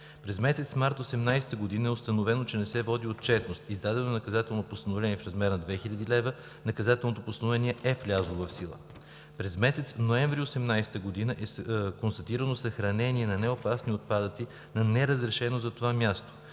През месец март 2018 г. е установено, че не се води отчетност. Издадено е наказателно постановление в размер на 2000 лв. Наказателното постановление е влязло в сила. През месец ноември 2018 г. е констатирано съхранение на неопасни отпадъци на неразрешено за това място.